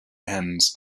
ends